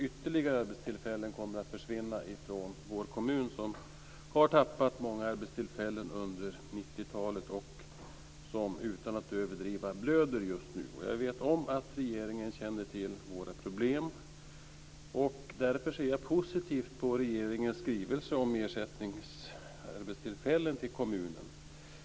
Ytterligare arbetstillfällen kommer att försvinna från vår kommun, som har tappat många arbetstillfällen under 90-talet och som utan att överdriva blöder just nu. Jag vet att regeringen känner till våra problem. Därför är jag positiv till regeringens skrivelse om ersättningsarbetstillfällen till kommunen.